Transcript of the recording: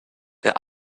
der